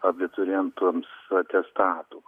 abiturientams atestatų